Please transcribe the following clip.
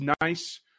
nice